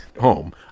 home